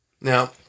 Now